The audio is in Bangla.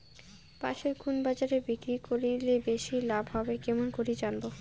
পাশের কুন বাজারে বিক্রি করিলে বেশি লাভ হবে কেমন করি জানবো?